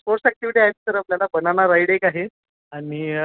sports activity आहेत sir आपल्याला banana ride एक आहे आणि